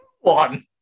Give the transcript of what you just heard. One